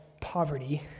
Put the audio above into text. poverty